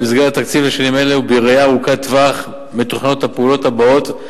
במסגרת התקציב לשנים האלה ובראייה ארוכת-טווח מתוכננות הפעולות הבאות,